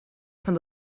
van